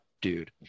dude